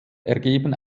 ergeben